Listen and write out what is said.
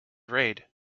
raid